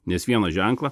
nes vieną ženklą